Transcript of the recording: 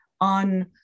on